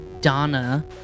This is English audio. Donna